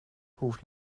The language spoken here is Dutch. hoeft